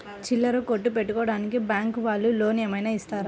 చిల్లర కొట్టు పెట్టుకోడానికి బ్యాంకు వాళ్ళు లోన్ ఏమైనా ఇస్తారా?